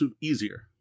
easier